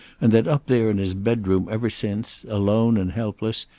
and that up there in his bedroom ever since, alone and helpless,